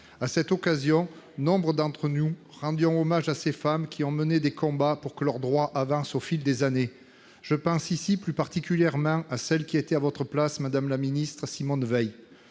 À cette occasion, nombre d'entre nous ont rendu hommage à ces femmes qui ont mené des combats pour que leurs droits avancent au fil des années. Je pense plus particulièrement à celle qui était à votre place, madame la ministre, Simone Veil.